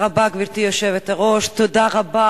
גברתי היושבת-ראש, תודה רבה.